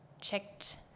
checked